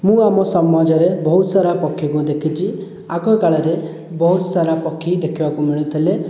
ମୁଁ ଆଉ ମୋ ସମାଜରେ ବହୁତ ସାରା ପକ୍ଷୀକୁ ଦିଖିଛି ଆଗ କାଳରେ ବହୁତ ସାରା ପକ୍ଷୀ ଦେଖିବାକୁ ମିଳିଥିଲେ